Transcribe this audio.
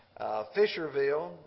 Fisherville